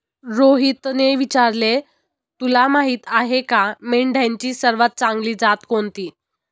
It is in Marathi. रोहितने विचारले, तुला माहीत आहे का मेंढ्यांची सर्वात चांगली जात कोणती?